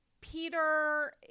peter